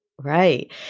right